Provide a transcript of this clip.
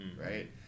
right